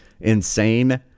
insane